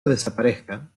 desaparezca